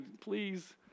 please